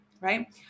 right